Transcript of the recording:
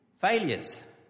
failures